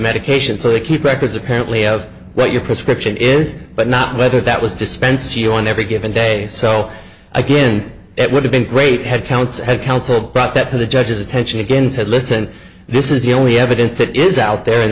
medication so they keep records apparently of what your prescription is but not whether that was dispensed you on every given day so again it would have been great headcounts had counsel brought that to the judge's attention again said listen this is the only evidence that is out there